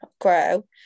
grow